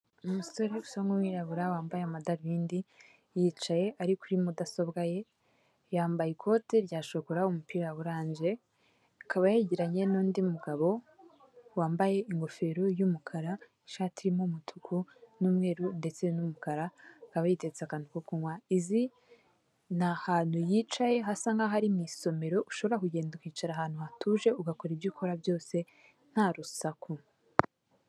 Umusore usa n'umwirabura wambaye amadarubindi, yicaye ari kuri mudasobwa ye yambaye ikote rya shokora umupira wa orange, akaba yegeranye n'undi mugabo wambaye ingofero y'umukara, ishati irimo umutuku n'umweru ndetse n'umukara, akaba yitetse akantu ko kunywa, izi ni ahantu yicaye hasa nk'aho ari mu isomero ushobora kugenda ukicara ahantu hatuje ugakora ibyo ukora byose nta rusaku.